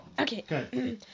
Okay